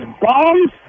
bombs